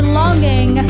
longing